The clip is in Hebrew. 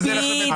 בדיוק.